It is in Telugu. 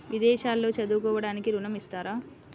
విదేశాల్లో చదువుకోవడానికి ఋణం ఇస్తారా?